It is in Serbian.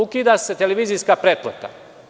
Ukida se televizijska pretplata.